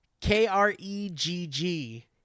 K-R-E-G-G